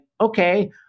okay